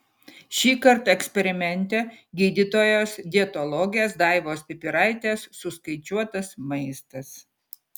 šįkart eksperimente gydytojos dietologės daivos pipiraitės suskaičiuotas maistas